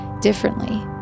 differently